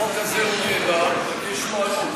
החוק הזה הוא נהדר, רק יש בעיה.